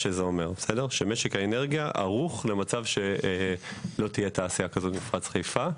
משק האנרגיה ערוך למצב שלא תהיה תעשייה כזאת במפרץ חיפה.